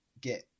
get